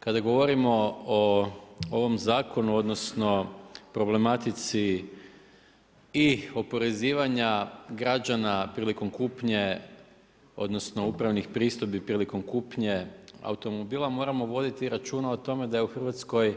Kada govorimo o ovom zakonu, odnosno problematici i oporezivanja građana prilikom kupnje, odnosno upravnih pristojbi prilikom kupnje automobila moramo voditi računa o tome da je u Hrvatskoj